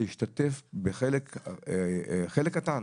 להשתתף בחלק חלק קטן,